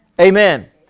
Amen